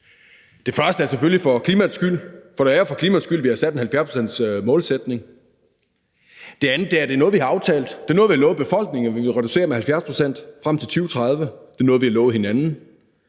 Den første er selvfølgelig, at det er for klimaets skyld, for det er for klimaets skyld, vi har sat en 70-procentsmålsætning. Den anden er, at det er noget, vi har aftalt, det er noget, vi har lovet befolkningen, altså at vi ville reducere med 70 pct. frem til 2030, og det er noget, vi har lovet hinanden.